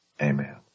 amen